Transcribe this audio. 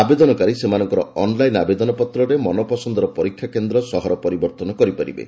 ଆବେଦନକାରୀ ସେମାନଙ୍କର ଅନ୍ଲାଇନ ଆବେଦନପତ୍ରରେ ମନପସନ୍ଦର ପରୀକ୍ଷାକେନ୍ଦ୍ର ସହର ପରିବର୍ତ୍ତନ କରିପାରିବେ